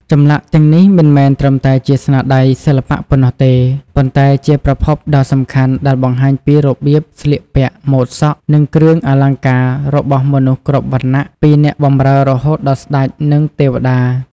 ចម្លាក់ទាំងនេះមិនមែនត្រឹមតែជាស្នាដៃសិល្បៈប៉ុណ្ណោះទេ ប៉ុន្តែជាប្រភពដ៏សំខាន់ដែលបង្ហាញពី របៀបស្លៀកពាក់ ម៉ូដសក់ និងគ្រឿងអលង្ការ របស់មនុស្សគ្រប់វណ្ណៈ ពីអ្នកបម្រើរហូតដល់ស្តេច និងទេវតា។